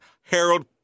Harold